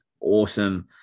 awesome